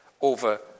over